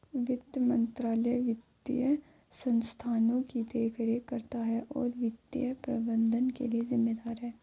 वित्त मंत्रालय वित्तीय संस्थानों की देखरेख करता है और वित्तीय प्रबंधन के लिए जिम्मेदार है